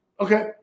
Okay